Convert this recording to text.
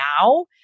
now